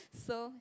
so